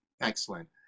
Excellent